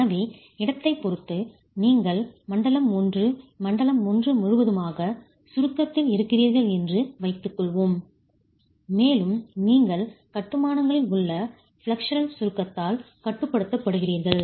எனவே இடத்தைப் பொறுத்து நீங்கள் மண்டலம் 1 மண்டலம் 1 முழுவதுமாக சுருக்கத்தில் காம்ப்ரசிவ் ஸ்ட்ரெஸ் இருக்கிறீர்கள் என்று வைத்துக்கொள்வோம் மேலும் நீங்கள் கட்டுமானங்களில் உள்ள பிளேஸுரால் சுருக்கத்தால் கட்டுப்படுத்தப்படுகிறீர்கள்